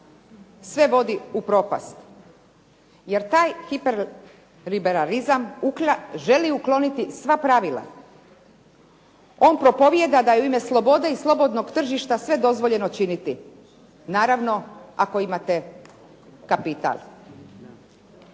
sve vodi u propast jer takav hiperliberalizam želi ukloniti sva pravila. On propovijeda da je u ime slobode i slobodnog tržišta sve dozvoljeno činiti, naravno ako imate kapital.